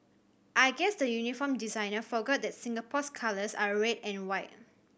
I guess the uniform designer forgot that Singapore's colours are red and white